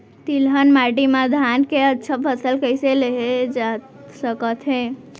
तिलहन माटी मा धान के अच्छा फसल कइसे लेहे जाथे सकत हे?